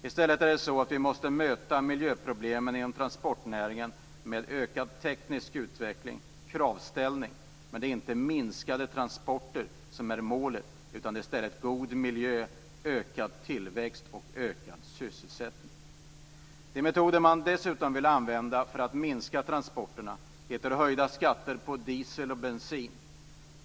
I stället måste vi möta miljöproblemen i transportnäringen med ökad teknisk utveckling och kravställning. Det är inte minskade transporter som är målet utan i stället god miljö, ökad tillväxt och ökad sysselsättning. Den metod som man dessutom vill använda för att minska transporterna är höjda skatter på diesel och bensin.